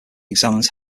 examines